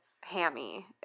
hammy